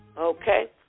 Okay